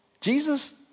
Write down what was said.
Jesus